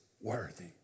worthy